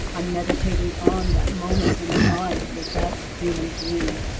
i'm meditating on that moment in time without human being.